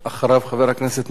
אחריו חבר הכנסת מולה.